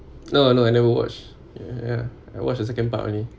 no no I never watch ya I watched the second part only